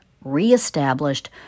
reestablished